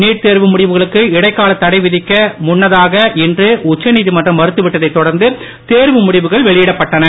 NEET தேர்வு முடிவுகளுக்கு இடைக்கால தடை விதிக்க முன்னதாக இன்று உச்சநீதிமன்றம் மறுத்து விட்டதை தொடர்ந்து தேர்வு முடிவுகள் வெளியிடப்பட்டன